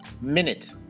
Minute